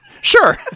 Sure